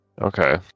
Okay